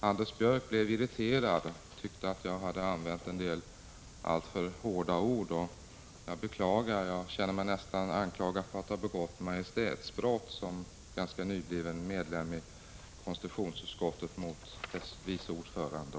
Anders Björck blev irriterad och tyckte att jag hade använt en del alltför hårda ord. Det beklagar jag. Som ganska nybliven medlem i konstitutionsutskottet känner jag mig nästan anklagad för att ha begått majestätsbrott mot utskottets vice ordförande.